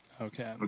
Okay